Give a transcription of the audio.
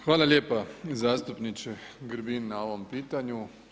Hvala lijepa zastupniče Grbin na ovom pitanju.